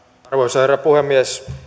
arvoisa herra puhemies on